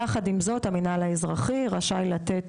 יחד עם זאת, המנהל האזרחי רשאי לתת